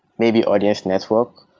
maybe audience network.